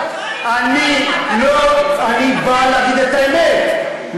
אני בא להגיד את האמת,